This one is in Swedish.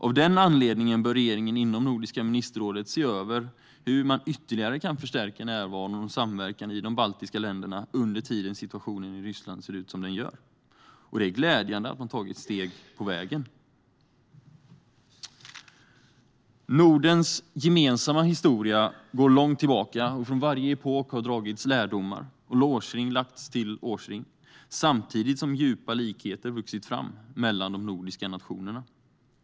Av den anledningen bör regeringen inom Nordiska ministerrådet se över hur man ytterligare kan förstärka närvaron och samverkan i dc baltiska länderna under tiden situationen i Ryssland ser ut som den gör. Det är glädjande att man tagit steg på vägen. Nordens gemensamma historia går långt tillbaka, och från varje epok har dragits lärdomar och årsring lagts till årsring samtidigt som djupa likheter vuxit fram mellan de nordiska nationerna.